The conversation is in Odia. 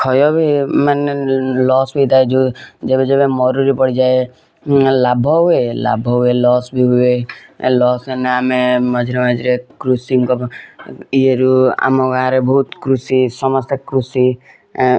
କ୍ଷୟ ବି ହୁ ମାନେ ଲସ୍ ହୋଇଥାଏ ଯେଉଁ ଯେବେ ଯେବେ ମରୁଡ଼ି ପଡ଼ିଯାଏ ଲାଭ ହୁଏ ଲାଭ ହୁଏ ଲସ୍ ବି ହୁଏ ଲସ୍ ହେନେ ଆମେ ମଝିରେ ମଝିରେ କୃଷିଙ୍କ ଇଏରୁ ଆମ ଗାଁରେ ବହୁତ କୃଷି ସମସ୍ତେ କୃଷି ଏଁ